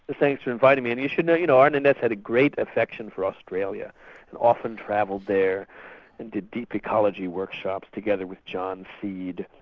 ah thanks for inviting me, and you should know you know arne and naess had a great affection for australia. he and often travelled there and did deep ecology workshops together with john seed,